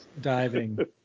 diving